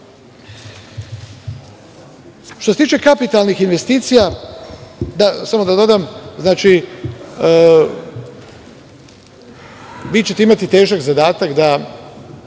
se tiče kapitalnih investicija samo da dodam, vi ćete imati težak zadatak da